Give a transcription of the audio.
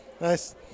Nice